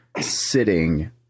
sitting